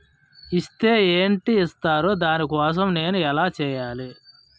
Is తే ఎంత ఇస్తారు దాని కోసం నేను ఎంచ్యేయాలి?